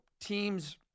teams –